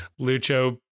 Lucho